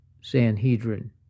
Sanhedrin